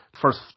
First